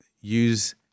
use